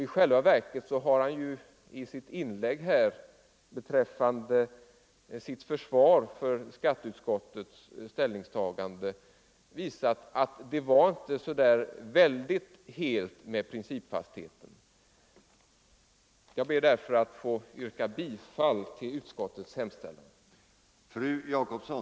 I själva verket har han ju i sitt inlägg då han försvarade skatteutskottets ställningstagande visat att det inte är så alldeles helt med principfastheten. Jag ber med detta att få yrka bifall till utskottets hemställan.